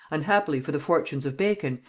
unhappily for the fortunes of bacon,